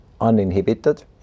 uninhibited